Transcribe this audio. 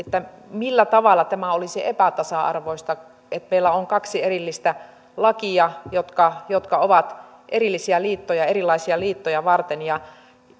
millä tavalla tämä olisi epätasa arvoista että meillä on kaksi erillistä lakia jotka jotka ovat erillisiä liittoja erilaisia liittoja varten